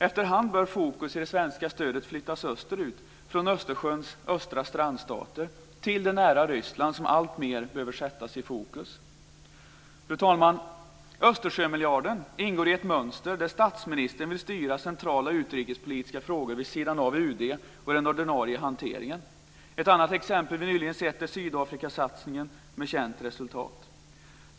Efterhand bör fokus i det svenska stödet flyttas österut från Östersjöns östra strandstater till det nära Ryssland, som alltmer behöver sättas i fokus. Fru talman! Östersjömiljarden ingår i ett mönster där statsministern vill styra centrala utrikespolitiska frågor vid sidan av UD och den ordinarie hanteringen. Ett annat exempel vi nyligen sett är Sydafrikasatsningen, med känt resultat.